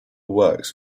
works